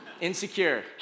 Insecure